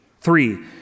Three